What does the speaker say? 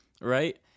right